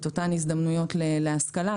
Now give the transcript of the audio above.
את אותן הזדמנויות להשכלה?